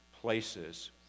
places